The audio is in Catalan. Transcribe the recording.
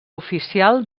oficial